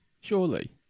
Surely